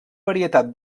varietat